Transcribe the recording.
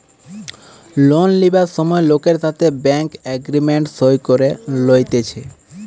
loan লিবার সময় লোকের সাথে ব্যাঙ্ক এগ্রিমেন্ট সই করে লইতেছে